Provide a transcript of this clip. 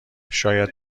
شاید